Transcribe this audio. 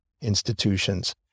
institutions